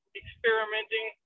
experimenting